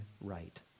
right